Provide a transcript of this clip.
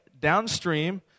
downstream